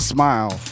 Smile